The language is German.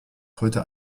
heute